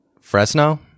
Fresno